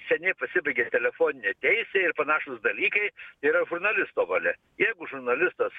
seniai pasibaigė telefoninė teisė ir panašūs dalykai yra žurnalisto valia jeigu žurnalistas